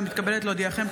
אני מתכבדת להודיעכם,